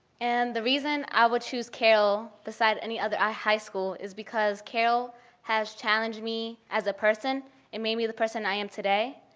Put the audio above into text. and the reason i would choose carroll beside any other high school is because carroll has challenged me as a person and made me the person i am today.